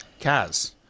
Kaz